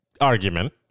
argument